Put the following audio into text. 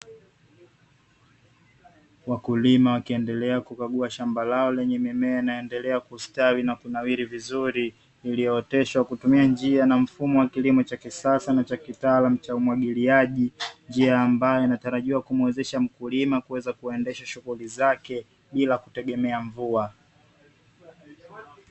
Wakulima wakiendelea kukagua shamba lao lenye mimea inayoendelea kustawi na kunawiri vizuri, iliyooteshwa kwa kutumia njia na mfumo wa kilimo cha kisasa na cha kitaalamu cha umwagiliaji, njia ambayo inatarajiwa kumwezesha mkulima kuweza kuendesha shughuli zake bila kutegemea mvua.